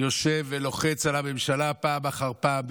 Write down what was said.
יושב ולוחץ על הממשלה פעם אחר פעם,